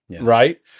right